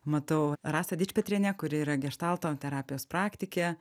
matau rasą dičpetrienę kuri yra geštalto terapijos praktikė